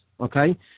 Okay